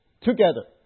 together